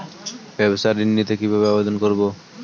ব্যাবসা ঋণ নিতে কিভাবে আবেদন করব?